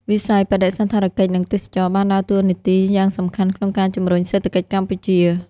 វិស័យ បដិសណ្ឋារកិច្ច និងទេសចរណ៍ បានដើរតួនាទីយ៉ាងសំខាន់ក្នុងការជំរុញសេដ្ឋកិច្ចកម្ពុជា។